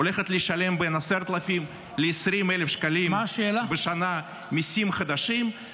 הולכת לשלם בין 10,000 ל-20,000 שקלים בשנה מיסים חדשים --- מה השאלה?